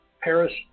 Paris